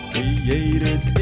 Created